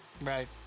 Right